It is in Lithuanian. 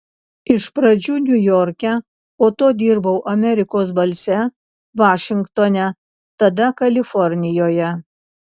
iš pradžių niujorke po to dirbau amerikos balse vašingtone tada kalifornijoje